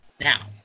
Now